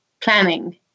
planning